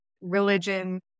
religion